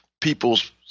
people's